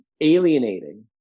alienating